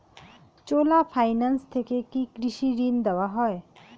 চোলা Finance থেকে কি কৃষি ঋণ দেওয়া হয়?